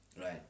Right